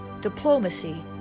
diplomacy